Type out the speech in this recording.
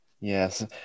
Yes